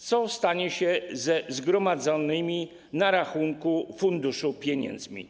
Co stanie się ze zgromadzonymi na rachunku funduszu pieniędzmi?